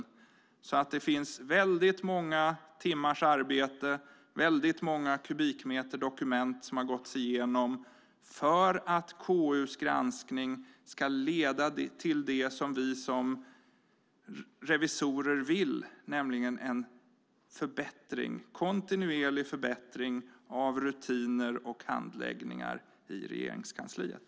Det är alltså fråga om väldigt många timmars arbete och väldigt många kubikmeter dokument som gåtts igenom för att KU:s granskning ska leda till det som vi revisorer vill, nämligen till en kontinuerlig förbättring av rutiner och handläggningar i Regeringskansliet.